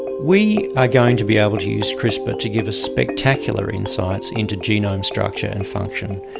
we are going to be able to use crispr to give us spectacular insights into genome structure and function.